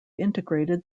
integrated